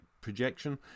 projection